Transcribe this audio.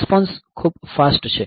response ખૂબ fast છે